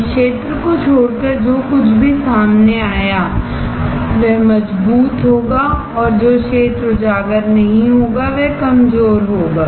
इस क्षेत्र को छोड़कर जो कुछ भी सामने आया है वह मजबूत होगा और जो क्षेत्र एक्सपोज नहीं होगा वह कमजोर होगा